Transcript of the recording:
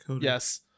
Yes